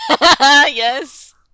Yes